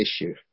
issue